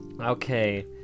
Okay